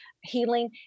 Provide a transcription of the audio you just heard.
healing